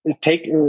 take